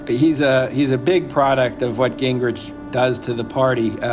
but he's a he's a big product of what gingrich does to the party.